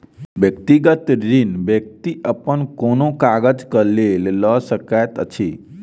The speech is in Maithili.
व्यक्तिगत ऋण व्यक्ति अपन कोनो काजक लेल लऽ सकैत अछि